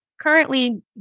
currently